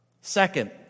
Second